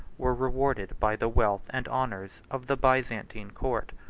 were rewarded by the wealth and honors of the byzantine court.